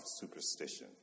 superstition